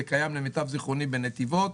זה קיים למיטב זכרוני בנתיבות.